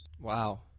Wow